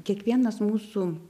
kiekvienas mūsų